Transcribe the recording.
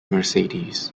mercedes